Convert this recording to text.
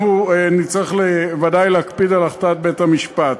אנחנו נצטרך ודאי להקפיד על החלטת בית-המשפט.